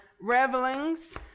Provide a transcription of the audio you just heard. revelings